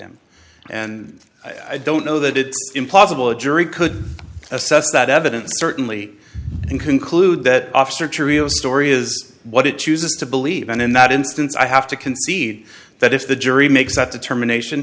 him and i don't know that it's impossible a jury could assess that evidence certainly and conclude that officer cheerios story is what it chooses to believe and in that instance i have to concede that if the jury makes that determination